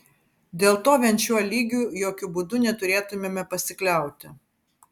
dėl to vien šiuo lygiu jokiu būdu neturėtumėme pasikliauti